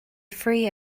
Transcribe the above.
free